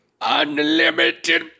unlimited